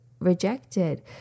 rejected